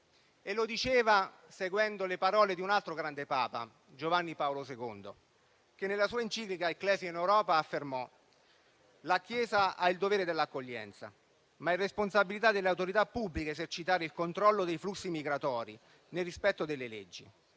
e lo diceva seguendo le parole di un altro grande Papa, Giovanni Paolo II, che nella sua enciclica «*Ecclesia in Europa*» affermò che la Chiesa ha il dovere dell'accoglienza, ma è responsabilità delle autorità pubbliche esercitare il controllo dei flussi migratori nel rispetto delle leggi